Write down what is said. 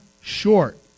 short